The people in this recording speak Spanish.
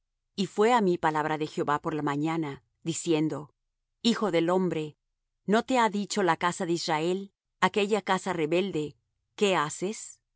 y fué á mi palabra de jehová por la mañana diciendo hijo del hombre no te ha dicho la casa de israel aquella casa rebelde qué haces